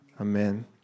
Amen